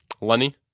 Lenny